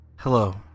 Hello